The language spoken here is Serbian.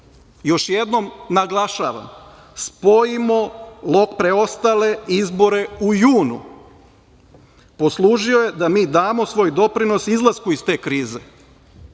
još jednom naglašavam, spojimo preostale izbore u junu, „poslužio je da mi damo svoj doprinos izlasku iz te krize,